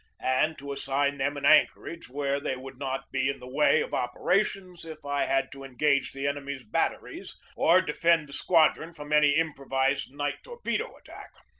and to assign them an anchorage where they would not be in the way of operations if i had to engage the enemy's batteries or defend the squadron from any improvised night torpedo attack.